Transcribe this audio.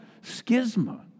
schisma